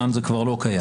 כאן זה כבר לא קיים.